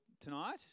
tonight